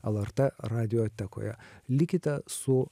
lrt radiotekoje likite su